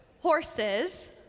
horses